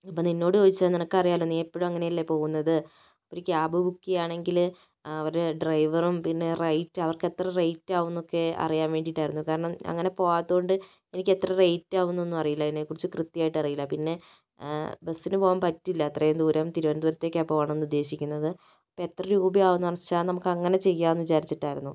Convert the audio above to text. ഇപ്പോൾ നിന്നോട് ചോദിച്ചത് നിനക്ക് അറിയാമല്ലൊ നീ എപ്പോഴും അങ്ങനെ അല്ലേ പോകുന്നത് ഒരു ക്യാബ് ബുക്ക് ചെയ്യുവാണെങ്കില് അവര് ഡ്രൈവറും പിന്നെ റേറ്റ് അവർക്ക് എത്ര റേറ്റ് ആകും എന്നൊക്കെ അറിയാൻ വേണ്ടിയിട്ടായിരുന്നു കാരണം അങ്ങനെ പോകാത്തതുകൊണ്ട് എനിക്ക് എത്ര റേറ്റ് ആകും എന്നൊന്നും അറിയില്ല അതിനെ കുറിച്ച് കൃത്യമായിട്ട് അറിയില്ല പിന്നെ ബസിന് പോകാൻ പറ്റില്ല അത്രയും ദൂരം തിരുവനന്തപുരത്തേക്കാണ് പോകണമെന്ന് ഉദ്ദേശിക്കുന്നത് എത്ര രൂപ ആകും എന്നു വെച്ചാൽ നമുക്ക് അങ്ങനെ ചെയ്യാം എന്ന് വെച്ചിട്ടായിരുന്നു